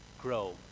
grow